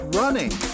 running